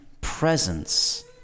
presence